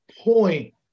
point